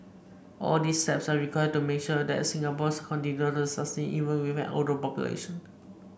all these steps are required to make sure that Singapore continue to sustain even with an older population